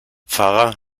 pfarrer